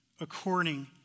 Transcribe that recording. according